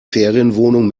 ferienwohnung